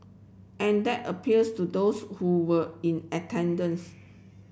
and that appeals to those who were in attendance